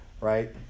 right